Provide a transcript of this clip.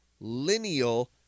lineal